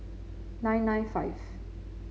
nine nine five